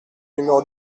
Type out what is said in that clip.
numéro